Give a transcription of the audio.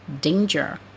danger